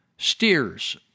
steers